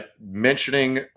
mentioning